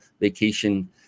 vacation